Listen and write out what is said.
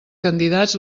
candidats